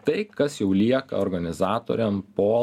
tai kas jau lieka organizatoriam po